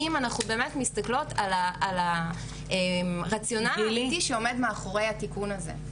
אם אנחנו באמת מסתכלות על הרציונל האמיתי שעומד מאחורי התיקון הזה,